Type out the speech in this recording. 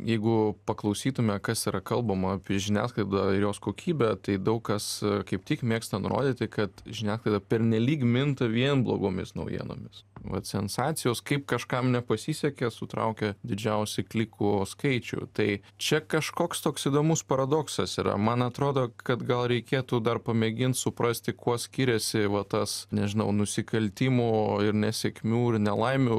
jeigu paklausytume kas yra kalbama apie žiniasklaidą ir jos kokybę tai daug kas kaip tik mėgsta nurodyti kad žiniasklaida pernelyg minta vien blogomis naujienomis vat sensacijos kaip kažkam nepasisekė sutraukė didžiausią klikų skaičių tai čia kažkoks toks įdomus paradoksas yra man atrodo kad gal reikėtų dar pamėgint suprasti kuo skiriasi va tas nežinau nusikaltimo ir nesėkmių ir nelaimių